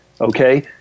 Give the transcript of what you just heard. okay